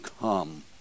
come